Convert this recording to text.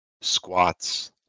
squats